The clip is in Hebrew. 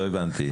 לא הבנתי.